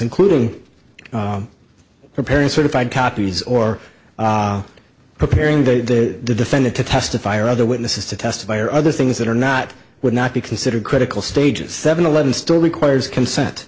including her parents or the five copies or preparing the defendant to testify or other witnesses to testify or other things that are not would not be considered critical stages seven eleven store requires consent